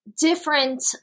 different